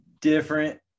different